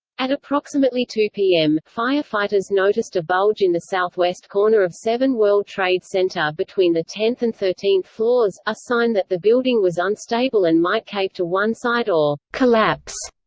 at approximately two zero pm, firefighters noticed a bulge in the southwest corner of seven world trade center between the tenth and thirteenth floors, a sign that the building was unstable and might cave to one side or collapse.